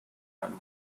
our